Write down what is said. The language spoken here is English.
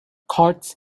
courts